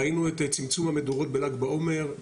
ראינו את צמצום המדורות בל"ג בעומר,